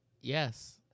Yes